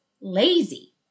lazy